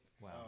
Wow